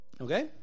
Okay